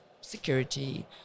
security